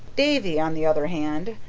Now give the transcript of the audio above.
davy, on the other hand,